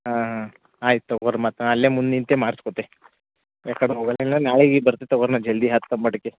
ಹಾಂ ಹಾಂ ಆಯ್ತು ತಗೋರಿ ಮತ್ತು ನಾ ಅಲ್ಲೆ ಮುಂದೆ ನಿಂತೆ ಮಾಡ್ಸ್ಕೊತೆ ಯಾಕಂದ್ರೆ ನಾಳೆಗೆ ಬರ್ತಿತ್ತು ಹೋಗೋರ್ನ ಜಲ್ದಿ ಹತ್ ಮಡಕೆ